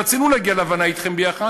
רצינו להגיע להבנה אתכם ביחד,